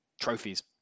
Trophies